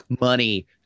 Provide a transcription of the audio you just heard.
money